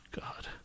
God